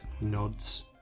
nods